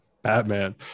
batman